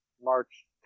March